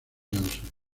johnson